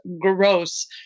gross